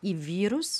į vyrus